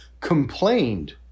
complained